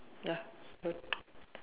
ya what